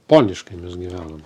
poniškai mes gyvenam